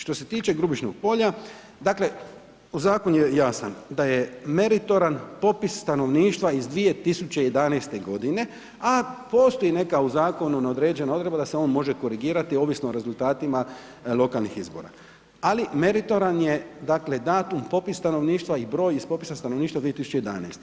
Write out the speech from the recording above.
Što se tiče Grubišnog Polja, dakle zakon je jasan da je meritoran popis stanovništva iz 2011. godine, a postoji neka u zakonu neodređena odredba da se on može korigirati ovisno o rezultatima lokalnih izbor, ali meritoran je dakle datum, popis stanovništva i broj iz popisa stanovništva 2011.